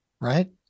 right